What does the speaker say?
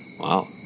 Wow